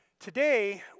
Today